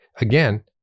again